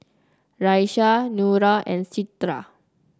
Raisya Nura and Citra